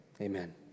Amen